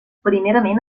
primerament